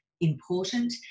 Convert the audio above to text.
important